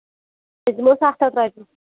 أسۍ دِمو سَتھ ہَتھ رۄپیہِ